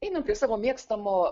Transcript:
einam prie savo mėgstamo